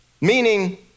meaning